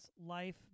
Life